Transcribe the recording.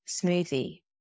smoothie